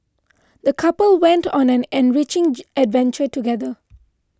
the couple went on an enriching adventure together